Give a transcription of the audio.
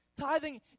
Tithing